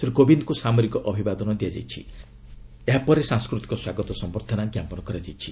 ଶ୍ରୀ କୋବିନ୍ଦ୍କୁ ସାମରିକ ଅଭିବାଦନ ଦିଆଯାଇଛି ଏବଂ ଏହାପରେ ସାଂସ୍କୃତିକ ସ୍ୱାଗତ ସମ୍ଭର୍ଦ୍ଧନା ଜ୍ଞାପନ କରାଯାଇଛି